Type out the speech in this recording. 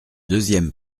deuxième